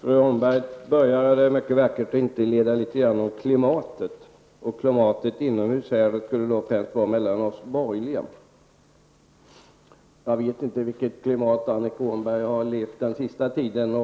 Fru talman! Fru Åhnberg började mycket vackert med att tala om klimatet, främst då klimatet mellan de borgerliga. Jag vet inte vilket klimat Annika Åhnberg har levt i den senaste tiden.